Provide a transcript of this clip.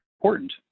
important